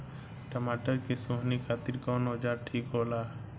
टमाटर के सोहनी खातिर कौन औजार ठीक होला?